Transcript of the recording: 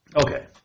Okay